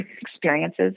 experiences